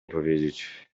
powiedzieć